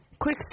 Quick